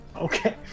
Okay